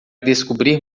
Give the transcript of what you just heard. descobrir